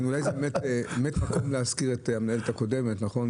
אולי זה המקום להזכיר את המנהלת הקודמת נכון,